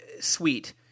sweet